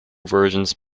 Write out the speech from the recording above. versions